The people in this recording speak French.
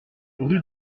rue